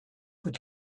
would